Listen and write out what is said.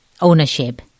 ownership